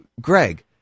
Greg